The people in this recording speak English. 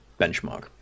benchmark